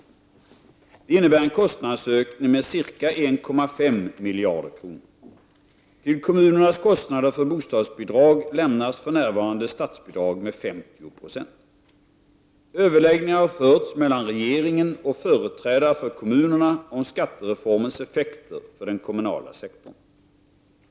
Detta innebär en kostnadsökning med ca 1,5 miljarder kronor. Till kommunernas kostnader för bostadsbidrag lämnas för närvarande statsbidrag med 50 96. Överläggningar har förts mellan regeringen och företrädare för kommunerna om skattereformens effekter för den kommunala sektorn.